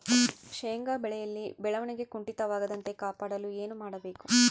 ಶೇಂಗಾ ಬೆಳೆಯಲ್ಲಿ ಬೆಳವಣಿಗೆ ಕುಂಠಿತವಾಗದಂತೆ ಕಾಪಾಡಲು ಏನು ಮಾಡಬೇಕು?